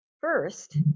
first